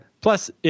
Plus